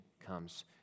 comes